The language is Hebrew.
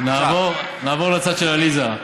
נעבור לצד של עליזה.